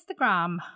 instagram